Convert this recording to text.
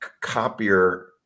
copier